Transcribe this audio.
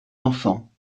enfants